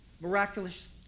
miraculous